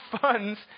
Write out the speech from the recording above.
funds